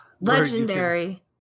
legendary